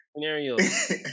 scenarios